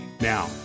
Now